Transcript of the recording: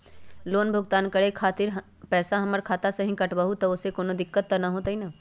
Loan भुगतान करे के खातिर पैसा हमर खाता में से ही काटबहु त ओसे कौनो दिक्कत त न होई न?